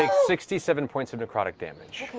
sixty seven points of necrotic damage.